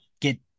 get